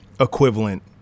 equivalent